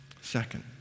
Second